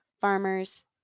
farmers